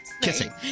Kissing